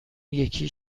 یکی